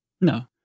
No